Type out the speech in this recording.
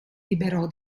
liberò